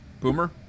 Boomer